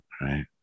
right